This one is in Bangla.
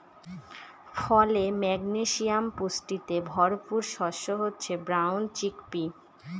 ফলে, ম্যাগনেসিয়াম পুষ্টিতে ভরপুর শস্য হচ্ছে ব্রাউন চিকপি